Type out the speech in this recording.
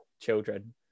children